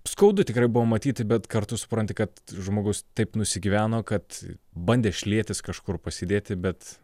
skaudu tikrai buvo matyti bet kartu supranti kad žmogus taip nusigyveno kad bandė šlietis kažkur pasidėti bet